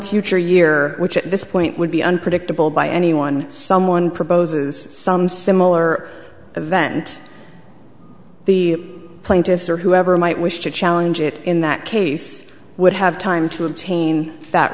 future year which at this point would be unpredictable by anyone someone proposes some similar event the plaintiffs or whoever might wish to challenge it in that case would have time to obtain